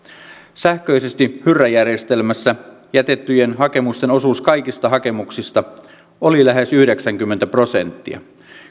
sähköisesti hyrrä järjestelmässä jätettyjen hakemusten osuus kaikista hakemuksista oli lähes yhdeksänkymmentä prosenttia